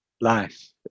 life